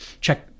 Check